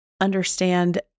understand